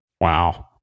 Wow